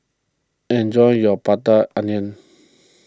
enjoy your Prata Onion